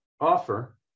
offer